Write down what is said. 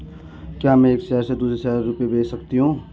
क्या मैं एक शहर से दूसरे शहर रुपये भेज सकती हूँ?